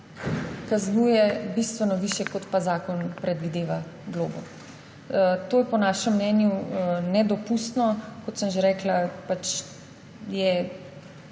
kaznuje bistveno višje, kot pa zakon predvideva globo. To je po našem mnenju nedopustno, kot sem že rekla, je